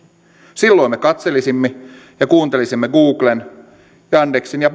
silloin me katselisimme ja kuuntelisimme googlen yandexin ja